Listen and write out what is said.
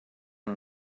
uno